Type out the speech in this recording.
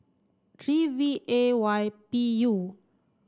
three V A Y P U